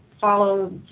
follow